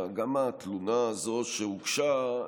גם התלונה הזאת שהוגשה,